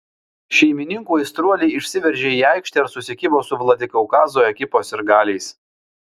šeimininkų aistruoliai išsiveržė į aikštę ir susikibo su vladikaukazo ekipos sirgaliais